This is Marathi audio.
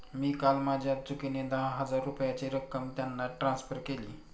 मी काल माझ्या चुकीने दहा हजार रुपयांची रक्कम त्यांना ट्रान्सफर केली